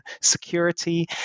security